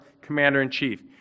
commander-in-chief